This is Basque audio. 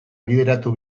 bideratu